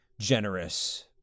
generous